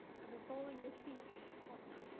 and been following you treats. awesome.